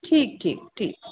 ठीकु ठीकु ठीकु